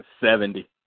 Seventy